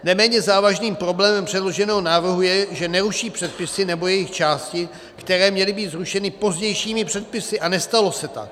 Neméně závažným problémem předloženého návrhu je, že neruší předpisy nebo jejich části, které měly být zrušeny pozdějšími předpisy, a nestalo se tak.